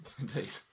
Indeed